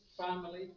family